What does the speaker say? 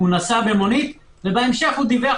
נסע במונית ובהמשך דיווח